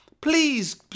Please